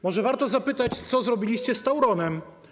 Może warto zapytać: Co zrobiliście z Tauronem?